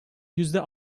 yüzde